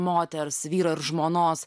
moters vyro ir žmonos